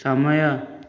ସମୟ